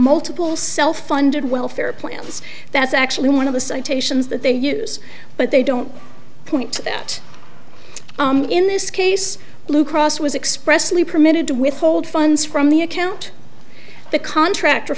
multiple self funded welfare plans that's actually one of the citations that they use but they don't point to that in this case blue cross was expressly permitted to withhold funds from the account the contract